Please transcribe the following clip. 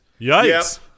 Yikes